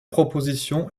proposition